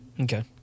Okay